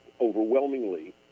overwhelmingly